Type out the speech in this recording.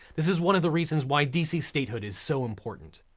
this is one of the reasons why dc statehood is so important.